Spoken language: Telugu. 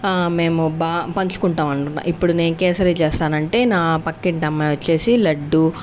మేము బా పంచుకుంటాము ఇప్పుడు నేను కేసరి చేస్తానంటే నా పక్కింటి అమ్మాయి వచ్చేసి లడ్డు